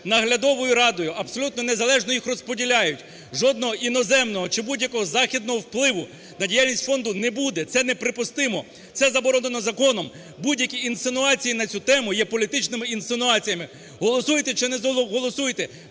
Наглядовою радою абсолютно незалежно їх розподіляють. Жодного іноземного чи будь-якого західного впливу на діяльність фонду не буде – це неприпустимо, це заборонено законом. Будь-які інсинуації на цю тему є політичними інсинуаціями. Голосуйте чи не голосуйте